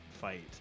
fight